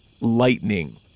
lightning